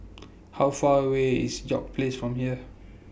How Far away IS York Place from here